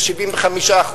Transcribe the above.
ו-75%.